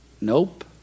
Nope